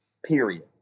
period